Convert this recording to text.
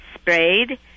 sprayed